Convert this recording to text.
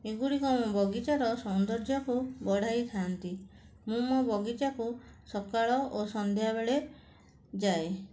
ଏଗୁଡ଼ିକ ମୋ ବଗିଚାର ସୌନ୍ଦର୍ଯ୍ୟକୁ ବଢ଼ାଇଥାନ୍ତି ମୁଁ ମୋ ବଗିଚାକୁ ସକାଳ ଓ ସନ୍ଧ୍ୟାବେଳେ ଯାଏ